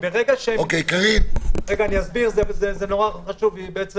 אני אסביר, זה נורא חשוב, היא בעצם